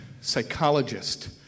psychologist